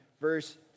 verse